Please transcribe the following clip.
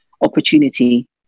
opportunity